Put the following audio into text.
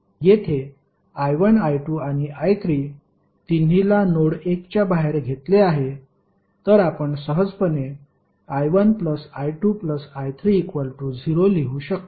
येथे I1 I2 आणि I3 तिन्हीला नोड 1 च्या बाहेर घेतले आहे तर आपण सहजपणे I1 I2 I3 0 लिहू शकतो